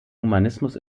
humanismus